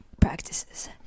practices